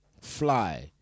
fly